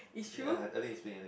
ya I think I think it's pink I think